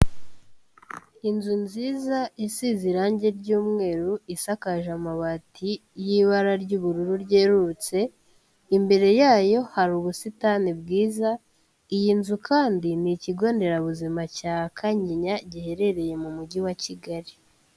Inzu nziza isize irangi ry'umweru, isakaje amabati y'ibara ry'ubururu ryerurutse, imbere yayo hari ubusitani bwiza, iyi nzu kandi ni ikigo nderabuzima cya Kanyinya giherereye mu mujyi wa Kigali.